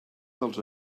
dels